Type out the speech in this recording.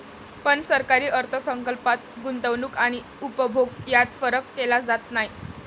पण सरकारी अर्थ संकल्पात गुंतवणूक आणि उपभोग यात फरक केला जात नाही